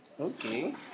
Okay